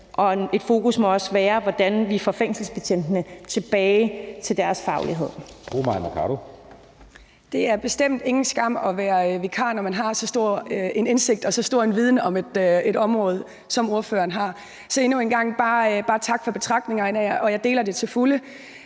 (Jeppe Søe): Fru Mai Mercado. Kl. 11:46 Mai Mercado (KF): Det er bestemt ingen skam at være vikar, når man har så stor en indsigt og så stor en viden om et område, som ordføreren har. Så endnu en gang vil jeg bare takke for betragtningerne, og jeg deler dem til fulde